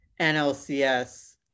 NLCS